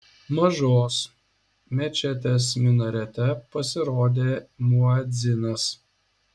mažos mečetės minarete pasirodė muedzinas